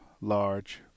large